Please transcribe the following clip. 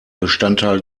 bestandteil